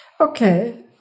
Okay